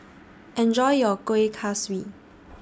Enjoy your Kuih Kaswi